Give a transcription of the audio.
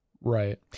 right